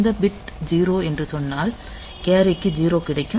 இந்த பிட் 0 என்று சொன்னால் கேரி க்கு 0 கிடைக்கும்